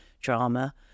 drama